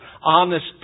honest